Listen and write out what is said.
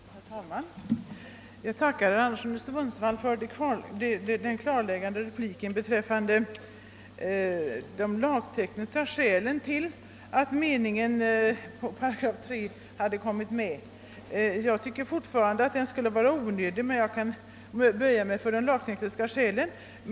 Herr talman! Jag tackar herr Anderson i Sundsvall för den klarläggande repliken beträffande de lagtekniska skälen till att den aktuella meningen hade införts i 3 §. Jag tycker fortfarande att den skulle vara onödig, men jag kan böja mig för de lagtekniska skälen.